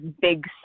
big